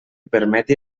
permeti